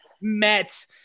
met